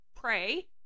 pray